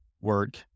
work